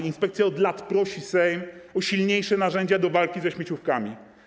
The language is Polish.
Inspekcja od lat prosi Sejm o silniejsze narzędzia do walki ze śmieciówkami.